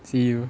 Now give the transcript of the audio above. see you